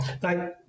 thank